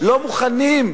לא מוכנים,